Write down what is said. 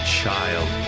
child